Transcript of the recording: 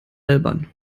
albern